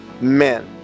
men